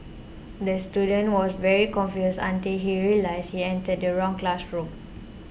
the student was very confused until he realised he entered the wrong classroom